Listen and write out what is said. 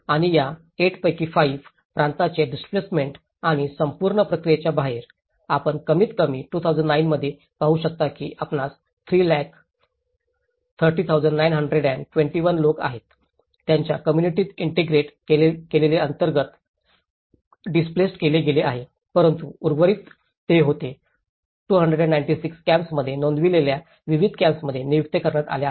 आणि या 8 पैकी 5 प्रांतांचे डिस्प्लेसमेंट आणि संपूर्ण प्रक्रियेच्या बाहेर आपण कमीतकमी 2009 मध्ये पाहू शकता की आपणास 3 लाख 13921 लोक आहेत त्यांच्या कोम्मुनिटीत इंटिग्रेटेड केलेले अंतर्गत डिस्प्लेसिड केले गेले आहे परंतु उर्वरित उर्वरित ते होते 296 कॅम्प्सांमध्ये नोंदविलेल्या विविध कॅम्प्सांमध्ये नियुक्त करण्यात आल्या आहेत